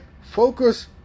Focus